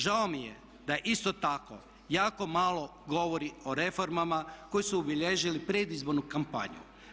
Žao mi je da se isto tako jako malo govori o reformama koje su obilježili predizbornu kampanju.